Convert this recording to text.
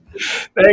Thank